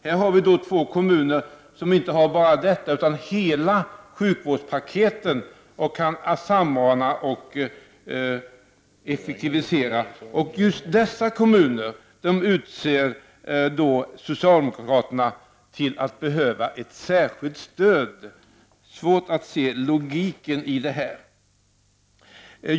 Här har vi då två kommuner som har hand om hela sjukvårdspaketet med alla möjligheter att samordna och effektivisera. Socialdemokraterna utser alltså just Göteborg och Malmö som skulle behöva ett särskilt stöd. Det är svårt att se logiken i detta.